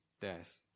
death